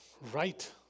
right